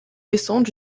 descendent